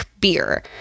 beer